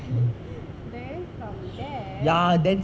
then from there